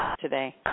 today